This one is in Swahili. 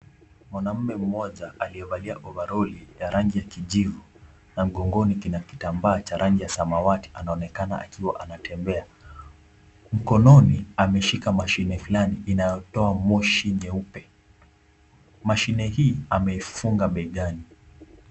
Mwanamume mmoja aliyevalia ovaroli ya rangi ya kijivu na mgongoni kina kitambaa ya rangi ya samawati anaonekana akiwa anatembea, mkononi ameshika mashine fulani inayotoa moshi nyeupe, mashine hii amefunga begani.